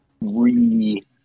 re